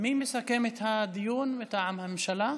מי מסכם את הדיון מטעם הממשלה?